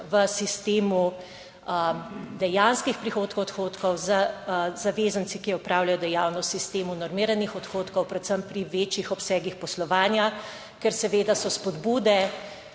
v sistemu dejanskih prihodkov in odhodkov z zavezanci, ki opravljajo dejavnost v sistemu normiranih odhodkov, predvsem pri večjih obsegih poslovanja, ker seveda so spodbude